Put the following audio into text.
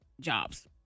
jobs